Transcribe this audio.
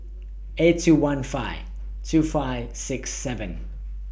eight two one five two five six seven